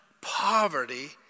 poverty